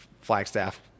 flagstaff